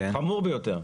חמור ביותר,